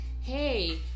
hey